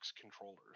controllers